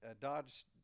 dodge